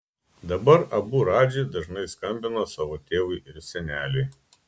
dabar abu radži dažnai skambina savo tėvui ir seneliui